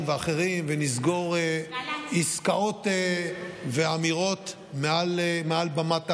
והאחרים ונסגור עסקאות ואמירות מעל בימת הכנסת.